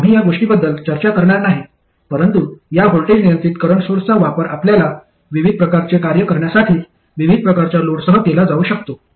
आम्ही या गोष्टींबद्दल चर्चा करणार नाही परंतु या व्होल्टेज नियंत्रित करंट सोर्सचा वापर आपल्याला विविध प्रकारचे कार्य करण्यासाठी विविध प्रकारच्या लोडसह केला जाऊ शकतो